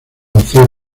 hacer